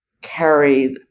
carried